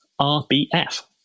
RBF